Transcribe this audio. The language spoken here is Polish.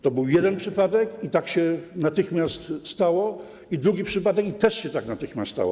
To był jeden przypadek, i tak się natychmiast stało, i drugi przypadek, i też tak się natychmiast stało.